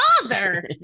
father